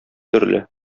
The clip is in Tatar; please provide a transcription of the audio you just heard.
төрле